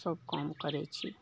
सब काम करैत छी